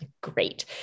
Great